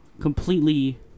completely